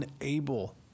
unable